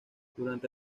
durante